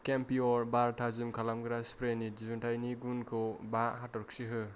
केमप्युर बार थाजिम खालामग्रा स्प्रेनि दिहुनथाइनि गुनखौ बा हाथरखि हो